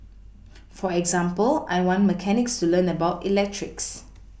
for example I want mechanics to learn about electrics